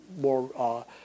more